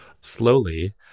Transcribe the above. slowly